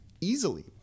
easily